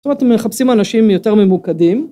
זאת אומרת הם מחפשים אנשים יותר ממוקדים.